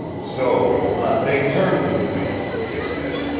so you'll not make terms with me, he said.